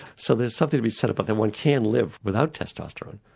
so there's something to be said about. and one can live without testosterone,